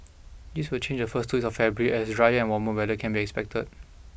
this will change in the first two weeks of February as drier and warmer weather can be expected